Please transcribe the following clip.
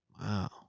Wow